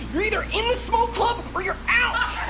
you're either in the smoke club or you're out!